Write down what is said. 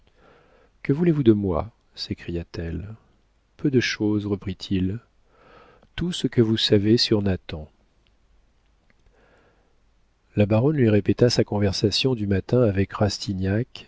que voulez-vous de moi s'écria-t-elle peu de chose reprit-il tout ce que vous savez sur nathan la baronne lui répéta sa conversation du matin avec